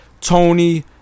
Tony